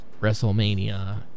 WrestleMania